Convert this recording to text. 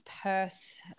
Perth